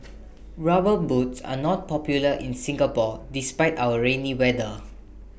rubber boots are not popular in Singapore despite our rainy weather